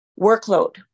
workload